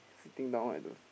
sitting down at the